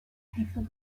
hizo